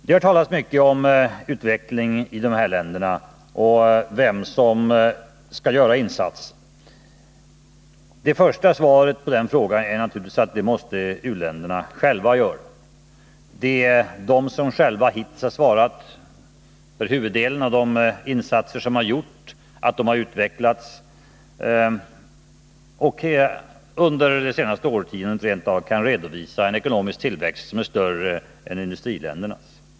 Det har talats mycket om utvecklingen i u-länderna, och man har frågat vem som skall göra insatser. Som svar på den frågan vill jag först och främst säga att u-länderna själva naturligtvis måste göra insatser. Det är de själva som hittills har svarat för huvuddelen av de insatser som medfört att de har utvecklats — och under det senaste årtiondet rent av kan redovisa en ekonomisk tillväxt som är större än i-ländernas.